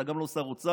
אתה גם לא שר אוצר,